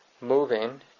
moving